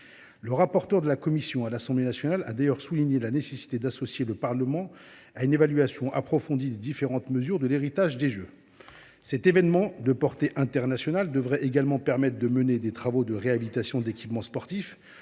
et de l’éducation de l’Assemblée nationale a d’ailleurs souligné la nécessité d’associer le Parlement à une évaluation approfondie des différentes mesures relatives à l’héritage des Jeux. Cet événement, de portée internationale, devrait également permettre de mener des travaux de réhabilitation d’équipements sportifs